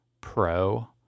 pro